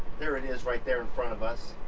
there it is, right there in front of us.